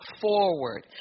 forward